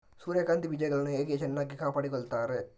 ಸೂರ್ಯಕಾಂತಿ ಬೀಜಗಳನ್ನು ಹೇಗೆ ಚೆನ್ನಾಗಿ ಕಾಪಾಡಿಕೊಳ್ತಾರೆ?